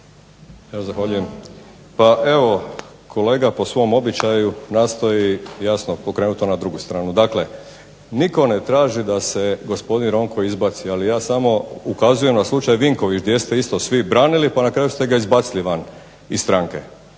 Zahvaljujem. Pa evo kolega po svom običaju jasno nastoji preokrenuti to na drugu stranu. Dakle, nitko ne traži da se gospodin Ronko izbaci, ali ja samo ukazujem na slučaj Vinković gdje ste isto svi branili, pa ste ga na kraju izbacili van iz stranke.